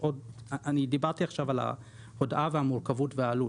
דיברתי עכשיו על ההודעה, המורכבות והעלות,